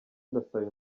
ndasaba